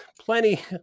plenty